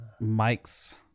Mike's